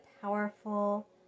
powerful